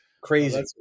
crazy